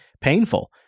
painful